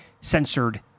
censored